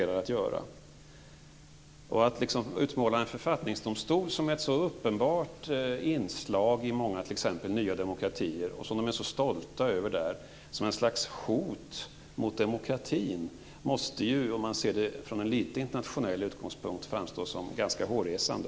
Att utmåla en författningsdomstol - som är ett sådant uppenbart inslag i många nya demokratier t.ex. och som man är så stolt över där - som ett slags hot mot demokratin måste, om man ser det litet grand från en internationell utgångspunkt, framstå som ganska hårresande.